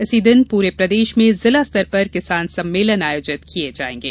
इसी दिन पूरे प्रदेश में जिला स्तर पर किसान सम्मेलन आयोजित किये जायेंगे